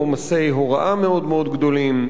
עומסי הוראה מאוד מאוד גדולים.